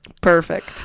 Perfect